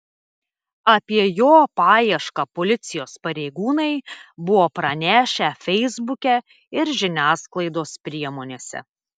apie jo paiešką policijos pareigūnai buvo pranešę feisbuke ir žiniasklaidos priemonėse